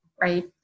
right